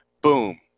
boom